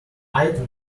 item